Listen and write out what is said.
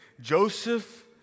Joseph